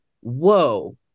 whoa